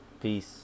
Peace